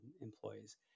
employees